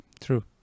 True